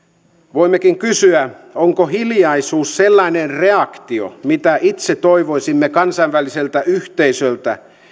voimmekin kysyä onko hiljaisuus sellainen reaktio mitä itse toivoisimme kansainväliseltä yhteisöltä